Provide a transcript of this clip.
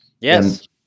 Yes